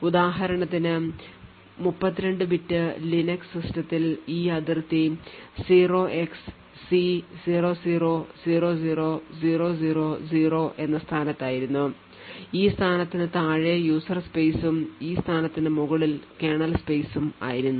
ഉദാഹരണത്തിനു 32 bit Linux സിസ്റ്റത്തിൽ ഈ അതിർത്തി 0xC0000000 എന്ന സ്ഥാനത്തായിരുന്നു ഈ സ്ഥാനത്തിന് താഴെ user space ഉം ഈ സ്ഥാനത്തിന് മുകളിൽ കേർണൽ സ്പെയ്സും ആയിരുന്നു